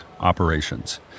operations